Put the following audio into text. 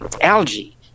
algae